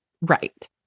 Right